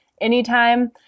anytime